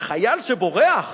חייל שבורח,